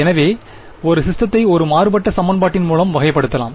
எனவே ஒரு சிஸ்டத்தை ஒரு மாறுபட்ட சமன்பாட்டின் மூலம் வகைப்படுத்தலாம்